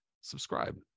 subscribe